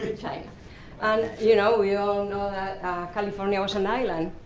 and you know, we all know that california was an island.